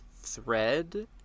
thread